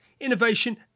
innovation